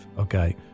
okay